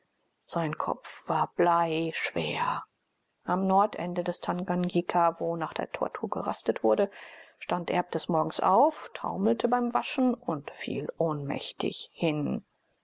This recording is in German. sein kopf war bleischwer am nordende des tanganjika wo nach der tortur gerastet wurde stand erb des morgens auf taumelte beim waschen und fiel ohnmächtig hin